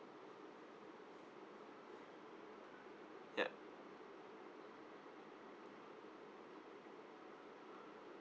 yup